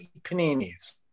paninis